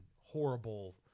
horrible